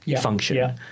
Function